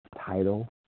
Title